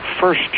first